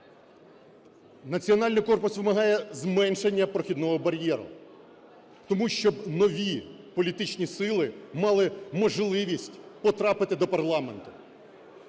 "Національний корпус" вимагає зменшення прохідного бар'єру, щоб нові політичні сили мали можливість потрапити до парламенту.